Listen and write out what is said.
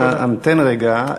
אנא המתן רגע.